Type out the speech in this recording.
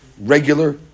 regular